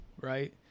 right